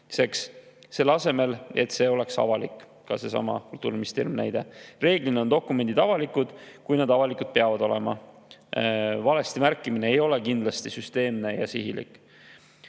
selle asemel, et see oleks avalik, [siia kuulub] ka seesama Kultuuriministeeriumi näide. Reeglina on dokumendid avalikud, kui need avalikud peavad olema. Valesti märkimine ei ole kindlasti süsteemne ja sihilik.